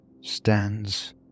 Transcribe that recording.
stands